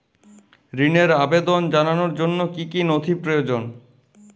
ঋনের আবেদন জানানোর জন্য কী কী নথি প্রয়োজন?